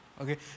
okay